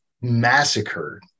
massacred